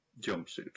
jumpsuit